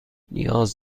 نیاز